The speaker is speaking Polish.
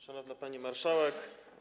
Szanowna Pani Marszałek!